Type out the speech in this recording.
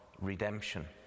redemption